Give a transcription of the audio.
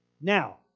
Now